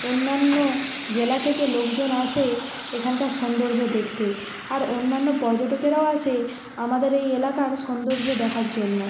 অন্যান্য জেলা থেকে লোকজন আসে এখানকার সৌন্দর্য দেখতে আর অন্যান্য পর্যটকেরাও আসে আমাদের এই এলাকার সৌন্দর্য দেখার জন্য